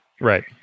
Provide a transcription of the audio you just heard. Right